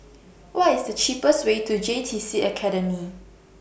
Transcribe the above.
What IS The cheapest Way to J T C Academy